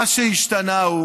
מה שהשתנה הוא